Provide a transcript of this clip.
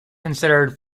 considered